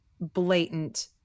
blatant